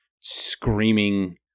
screaming